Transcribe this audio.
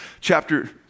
chapter